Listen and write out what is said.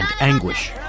anguish